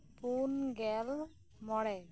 ᱯᱳᱱᱜᱮᱞ ᱢᱚᱬᱮ